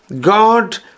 God